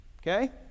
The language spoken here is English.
Okay